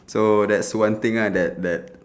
so that's one thing lah that that